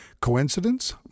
Coincidence